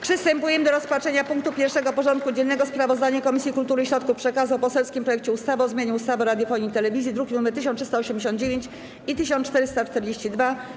Przystępujemy do rozpatrzenia punktu 1. porządku dziennego: Sprawozdanie Komisji Kultury i Środków Przekazu o poselskim projekcie ustawy o zmianie ustawy o radiofonii i telewizji (druki nr 1389 i 1442)